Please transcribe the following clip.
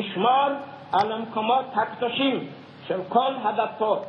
תשמור על המקומות הקדושים של כל הדתות.